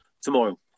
tomorrow